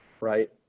Right